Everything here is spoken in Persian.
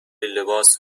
لباس